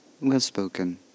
well-spoken